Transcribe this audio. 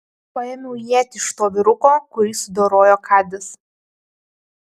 paėmiau ietį iš to vyruko kurį sudorojo kadis